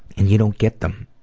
and you don't get them.